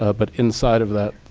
ah but inside of that,